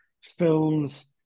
films